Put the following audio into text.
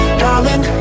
darling